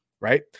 right